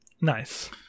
Nice